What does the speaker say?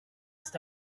cet